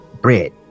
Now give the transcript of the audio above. Bread